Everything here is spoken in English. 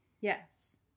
Yes